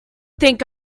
think